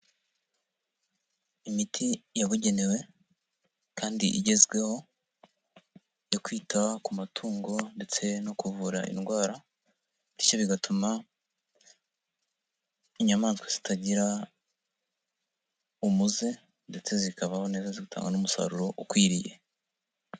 Imiti yabugenewe kandi igezweho yo kwita ku matungo ndetse no kuvura indwara, bityo bigatuma inyamaswa zitagira umuze ndetse zikabaho neza zitanga n'umu umusaruro ukwiriye.